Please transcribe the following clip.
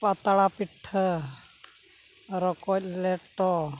ᱯᱟᱛᱲᱟ ᱯᱤᱴᱷᱟᱹ ᱨᱚᱠᱚᱡ ᱞᱮᱴᱚ